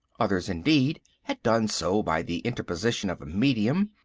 others, indeed, had done so by the interposition of a medium,